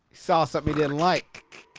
saw something he didn't like.